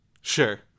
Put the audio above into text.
Sure